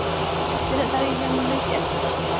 ᱛᱤᱱᱟᱹᱜ ᱛᱟᱹᱨᱤᱠᱷ ᱮᱢ ᱞᱟᱹᱭ ᱠᱮᱫᱼᱟ